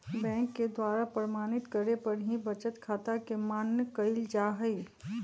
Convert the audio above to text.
bank के द्वारा प्रमाणित करे पर ही बचत खाता के मान्य कईल जाहई